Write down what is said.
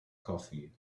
coffee